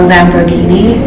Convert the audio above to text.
Lamborghini